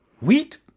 wheat